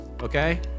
okay